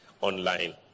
online